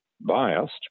biased